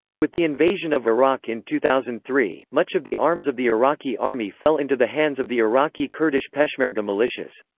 with the invasion of iraq in two thousand and three, much of the arms of the iraqi army fell into the hands of the iraqi kurdish peshmerga militias.